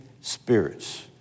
spirits